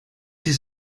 his